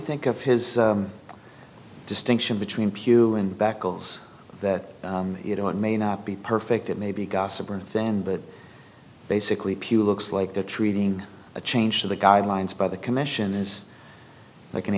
think of his distinction between pew and back goals that you know it may not be perfect it may be a gossiper thing but basically pew looks like they're treating a change to the guidelines by the commission is like an